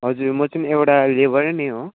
हजुर म चाहिँ नि एउटा लेबर नै हो